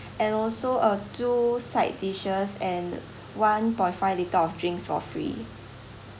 and also a two side dishes and one point five litre of drinks for free